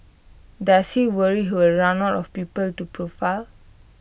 does he worry he will run out of people to profile